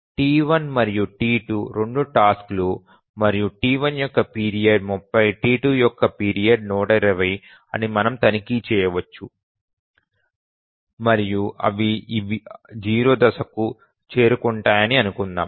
T1 మరియు T2 2 task లు మరియు T1 యొక్క పీరియడ్ 30 T2 యొక్క పీరియడ్ 120 అని మనం తనిఖీ చేయవచ్చు మరియు అవి 0 దశకు చేరుకుంటాయని అనుకుందాం